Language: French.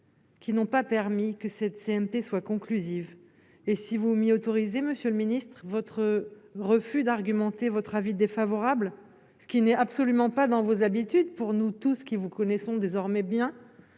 qui n'ont pas permis que cette CMP soit conclusive et si vous m'y autorisez monsieur le ministre, votre refus d'argumenter, votre avis défavorable, ce qui n'est absolument pas dans vos habitudes pour nous tous qui vous connaissons désormais bien